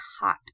hot